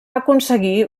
aconseguir